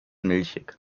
milchig